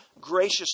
gracious